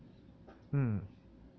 mm